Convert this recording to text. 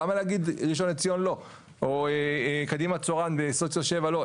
למה להגיד ראשון לציון לא או קדימה צורן בסוציו 7 לא,